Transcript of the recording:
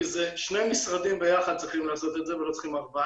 כי זה שני משרדים ביחד שצריכים לעשות את זה,